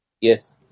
Yes